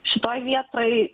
šitoj vietoj